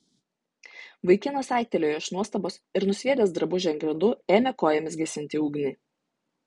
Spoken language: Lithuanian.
vaikinas aiktelėjo iš nuostabos ir nusviedęs drabužį ant grindų ėmė kojomis gesinti ugnį